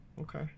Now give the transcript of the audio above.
Okay